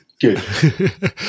good